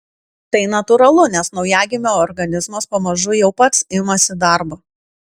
tai natūralu nes naujagimio organizmas pamažu jau pats imasi darbo